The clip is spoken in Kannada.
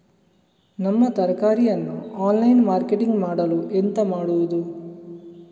ನಮ್ಮ ತರಕಾರಿಯನ್ನು ಆನ್ಲೈನ್ ಮಾರ್ಕೆಟಿಂಗ್ ಮಾಡಲು ಎಂತ ಮಾಡುದು?